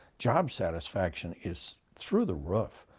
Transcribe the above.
job satisfaction is through the roof.